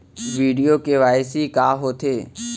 video KYC का होथे